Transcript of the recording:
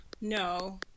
no